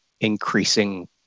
increasing